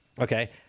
Okay